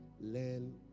Learn